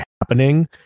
happening